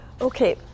Okay